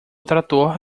trator